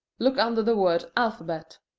look under the word alphabet.